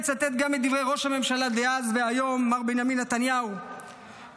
אצטט גם את דברי ראש הממשלה דאז והיום מר בנימין נתניהו שאמר: